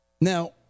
Now